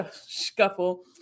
scuffle